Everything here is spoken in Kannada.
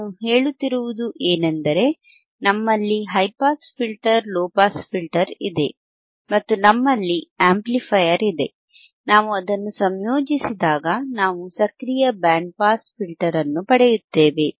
ನಾನು ಹೇಳುತ್ತಿರುವುದು ಏನೆಂದರೆ ನಮ್ಮಲ್ಲಿ high pass filter low pass filter ಇದೆ ಮತ್ತು ನಮ್ಮಲ್ಲಿ ಆಂಪ್ಲಿಫಯರ್ ಇದೆ ನಾವು ಅದನ್ನು ಸಂಯೋಜಿಸಿದಾಗ ನಾವು ಸಕ್ರಿಯ ಬ್ಯಾಂಡ್ ಪಾಸ್ ಫಿಲ್ಟರ್ ಅನ್ನು ಪಡೆಯುತ್ತೇವೆ